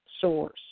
source